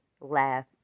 laugh